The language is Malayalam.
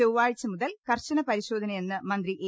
ചൊവ്വാഴ്ചമു തൽ കർശനപരിശോധനയെന്ന് മന്ത്രി എ